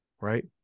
right